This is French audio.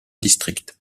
district